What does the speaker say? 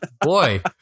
Boy